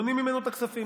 מונעים ממנו את הכספים.